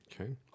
Okay